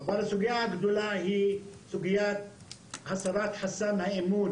הסוגייה הגדולה היא סוגיית הסרת חסמי אמון